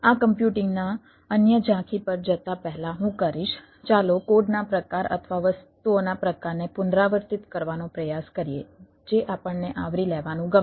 આ કમ્પ્યુટિંગના અન્ય ઝાંખી પર જતાં પહેલાં હું કરીશ ચાલો કોડ ના પ્રકાર અથવા વસ્તુઓના પ્રકારને પુનરાવર્તિત કરવાનો પ્રયાસ કરીએ જે આપણને આવરી લેવાનું ગમશે